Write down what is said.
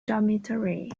dormitory